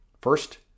First